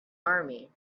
army